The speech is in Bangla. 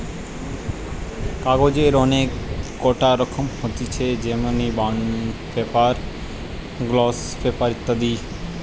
কাগজের অনেক কটা রকম হতিছে যেমনি বন্ড পেপার, গ্লস পেপার ইত্যাদি